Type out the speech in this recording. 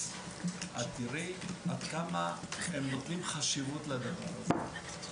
תראי עד כמה הם נותנים חשיבות לדבר הזה.